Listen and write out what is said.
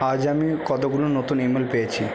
আজ আমি কতগুলো নতুন ইমেল পেয়েছি